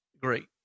great